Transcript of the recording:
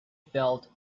felt